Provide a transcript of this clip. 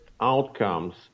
outcomes